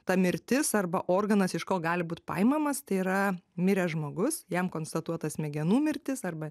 ta mirtis arba organas iš ko gali būt paimamas tai yra miręs žmogus jam konstatuota smegenų mirtis arba